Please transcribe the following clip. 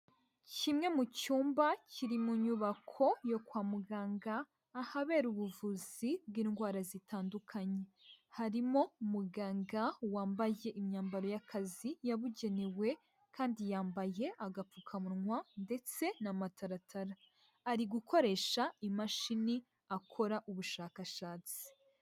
Kimwe mu cyumba kiri mu nyubako yo kwa muganga, ahabera ubuvuzi bw'indwara zitandukanye, harimo muganga wambaye imyambaro y'akazi yabugenewe, kandi yambaye agapfukamunwa ndetse n'amataratara, ari gukoresha imashini akora ubushakashatsi.